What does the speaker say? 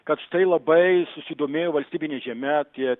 kad štai labai susidomėjo valstybine žeme tie